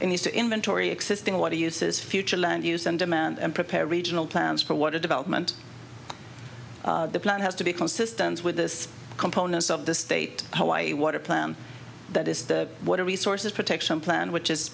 these to inventory existing what he uses future land use and demand and prepare regional plans for what a development plan has to be consistent with this components of the state highway water plan that is the water resources protection plan which is